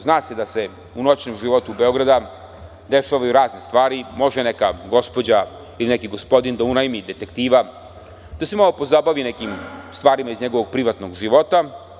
Zna se da se u noćnom životu Beograda dešavaju razne stvari, može neka gospođa, ili gospodin da unajmi detektiva, da se malo pozabavi nekim stvarima iz njegovog privatnog života.